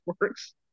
works